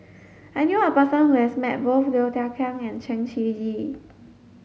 I knew a person who has met both Low Thia Khiang and Chen Shiji